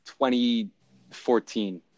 2014